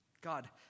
God